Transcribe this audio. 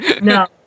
No